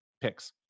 picks